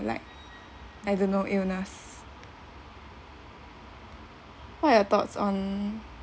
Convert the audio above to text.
like I don't know illness what are your thoughts on